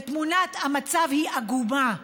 ותמונת המצב היא עגומה,